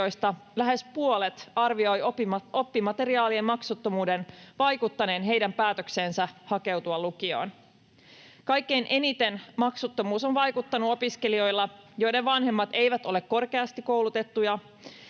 lähes puolet arvioi oppimateriaalien maksuttomuuden vaikuttaneen heidän päätökseensä hakeutua lukioon. Kaikkein eniten maksuttomuus on vaikuttanut opiskelijoilla, joiden vanhemmat eivät ole korkeasti koulutettuja,